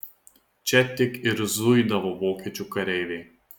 čia tik ir zuidavo vokiečių kareiviai